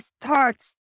starts